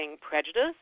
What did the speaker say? prejudice